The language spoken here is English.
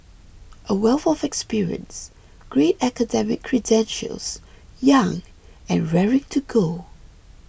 a wealth of experience great academic credentials young and raring to go